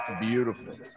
beautiful